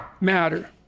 matter